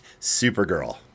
Supergirl